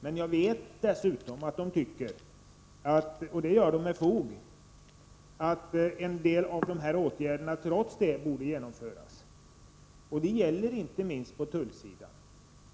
Men jag vet att de dessutom tycker — och med fog — att en del av dessa åtgärder trots det borde genomföras. Detta gäller inte minst på tullsidan.